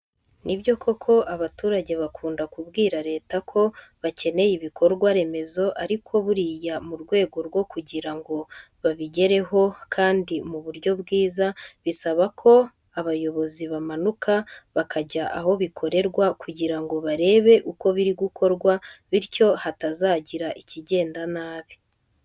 Ni byo koko abaturage bakunda kubwira Leta ko bakeneye ibikorwa remezo ariko buriya mu rwego rwo kugira ngo bibagereho kandi mu buryo bwiza, bisaba ko abayobozi bamanuka bakajya aho bikorerwa kugira ngo barebe uko biri gukorwa bityo hatazagira ikigenda nabi.